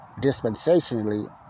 dispensationally